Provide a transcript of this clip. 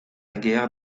guerre